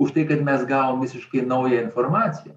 už tai kad mes gavom visiškai naują informaciją